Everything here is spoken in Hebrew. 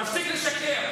תפסיק לשקר.